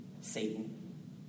Satan